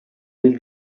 del